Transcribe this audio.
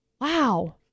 wow